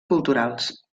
culturals